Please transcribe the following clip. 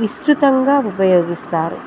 విస్తృతంగా ఉపయోగిస్తారు